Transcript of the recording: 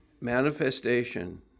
manifestation